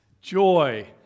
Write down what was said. Joy